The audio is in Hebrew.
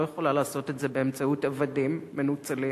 יכולה לעשות את זה באמצעות עבדים מנוצלים,